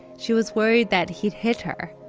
she was worried that he'd hit her,